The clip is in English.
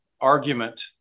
argument